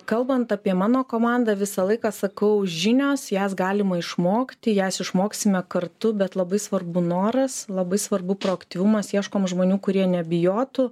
kalbant apie mano komandą visą laiką sakau žinios jas galima išmokti jas išmoksime kartu bet labai svarbu noras labai svarbu proaktyvumas ieškom žmonių kurie nebijotų